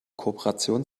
kooperation